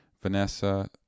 Vanessa